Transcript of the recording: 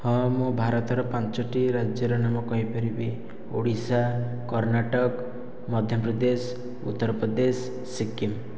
ହଁ ମୁଁ ଭାରତର ପାଞ୍ଚୋଟି ରାଜ୍ୟର ନାମ କହିପାରିବି ଓଡ଼ିଶା କର୍ଣ୍ଣାଟକ ମଧ୍ୟପ୍ରଦେଶ ଉତ୍ତରପ୍ରଦେଶ ସିକିମ୍